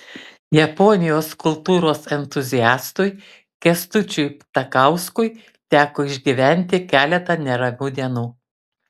japonijos kultūros entuziastui kęstučiui ptakauskui teko išgyventi keletą neramių dienų